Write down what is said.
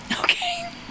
Okay